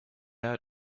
out